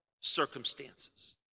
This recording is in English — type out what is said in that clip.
circumstances